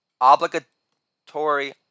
obligatory